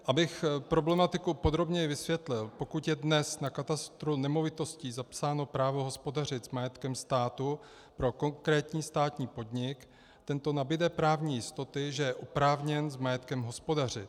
Abych problematiku podrobněji vysvětlil: Pokud je dnes na katastru nemovitostí zapsáno právo hospodařit s majetkem státu pro konkrétní státní podnik, tento nabude právní jistoty, že je oprávněn s majetkem hospodařit.